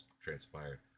transpired